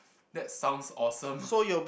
that sounds awesome